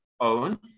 own